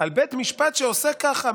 על בית המשפט שעושה כך?